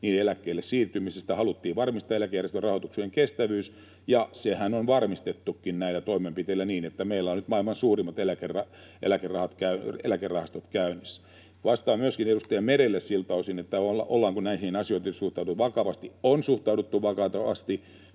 niiden eläkkeelle siirtymisestä. Haluttiin varmistaa eläkejärjestelmän rahoituksen kestävyys, ja sehän on varmistettukin näillä toimenpiteillä niin, että meillä on nyt maailman suurimmat eläkerahastot käynnissä. Vastaan myöskin edustaja Merelle siltä osin, ollaanko näihin asioihin suhtauduttu vakavasti. On suhtauduttu vakavasti.